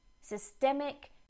systemic